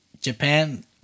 Japan